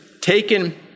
taken